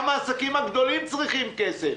גם העסקים הגדולים צריכים כסף.